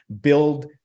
build